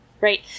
right